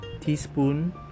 teaspoon